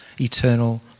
eternal